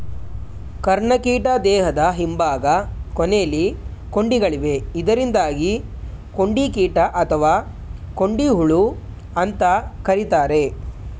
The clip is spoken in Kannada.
ಕರ್ಣಕೀಟ ದೇಹದ ಹಿಂಭಾಗ ಕೊನೆಲಿ ಕೊಂಡಿಗಳಿವೆ ಇದರಿಂದಾಗಿ ಕೊಂಡಿಕೀಟ ಅಥವಾ ಕೊಂಡಿಹುಳು ಅಂತ ಕರೀತಾರೆ